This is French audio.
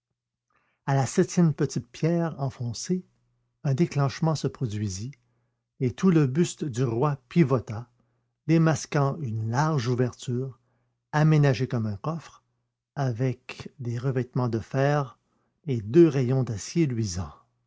à la septième petite pierre enfoncée un déclenchement se produisit et tout le buste du roi pivota démasquant une large ouverture aménagée comme un coffre avec des revêtements de fer et deux rayons d'acier luisant